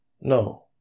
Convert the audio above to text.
No